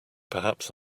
perhaps